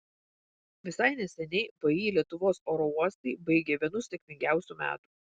visai neseniai vį lietuvos oro uostai baigė vienus sėkmingiausių metų